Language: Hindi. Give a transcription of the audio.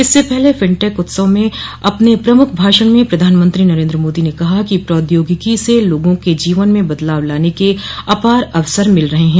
इससे पहले फिनटेक उत्सव में अपने प्रमुख भाषण में प्रधानमंत्री नरेन्द्र मोदी ने कहा है कि प्रौद्योगिकी से लोगों के जीवन में बदलाव लाने के अपार अवसर मिल रहे हैं